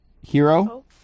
Hero